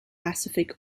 pacific